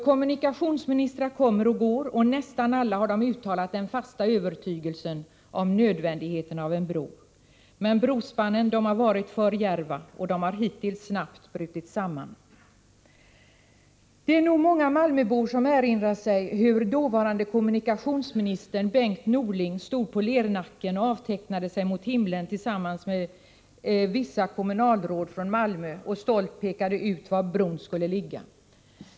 Kommunikationsministrar kommer och går och nästan alla har de uttalat den fasta övertygelsen om nödvändigheten av en bro. Men brospannen har varit för djärva, och de har hittills snabbt brutit samman. Det är nog många malmöbor som erinrar sig hur dåvarande kommunikationsministern Bengt Norling stod på Lernacken och avtecknade sig mot himlen tillsammans med vissa kommunalråd från Malmö och stolt pekade ut var bron skulle ligga.